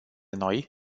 noi